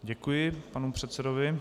Děkuji panu předsedovi.